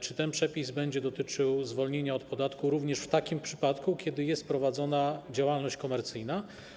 Czy ten przepis będzie dotyczył zwolnienia od podatku również w przypadku, kiedy jest prowadzona działalność komercyjna?